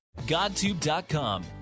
GodTube.com